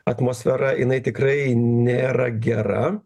atmosfera jinai tikrai nėra gera